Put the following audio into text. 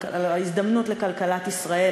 על ההזדמנות לכלכלת ישראל,